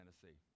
Tennessee